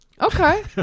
Okay